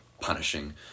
punishing